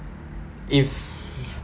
if